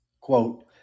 quote